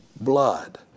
blood